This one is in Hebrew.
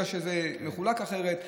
בגלל שזה מחולק אחרת.